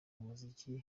umuziki